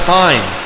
fine